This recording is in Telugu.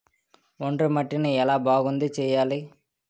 ఒండ్రు మట్టిని ఎలా బాగుంది చేయాలి?